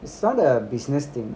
it's not a business thing